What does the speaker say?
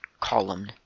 column